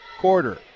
quarter